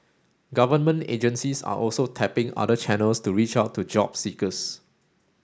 government agencies are also tapping other channels to reach out to job seekers